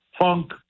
funk